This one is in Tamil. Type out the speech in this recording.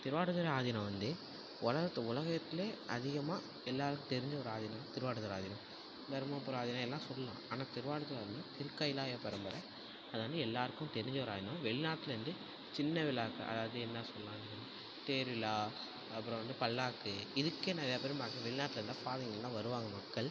திருவாவடுதுறை ஆதீனம் வந்து உலகத்து உலகத்துலியே அதிகமாக எல்லாருக்கும் தெரிஞ்ச ஒரு ஆதீனம் திருவாவடுதுறை ஆதீனம் தருமபுரம் ஆதீனம் எல்லாம் சொல்லலாம் ஆனால் திருவாவடுதுறை ஆதீனம் திருக்கைலாய பரம்பரை அது வந்து எல்லோருக்கும் தெரிஞ்ச ஒரு ஆதீனம் வெளிநாட்டுலருந்து சின்ன விழா அதாவது என்ன சொல்லலாம் தேர் விழா அப்புறோம் வந்து பல்லாக்கு இதுக்கே நிறையாப் பேர் வெளிநாட்டுலேருந்து ஃபாரின்லேருந்தெலாம் வருவாங்க மக்கள்